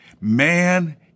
Man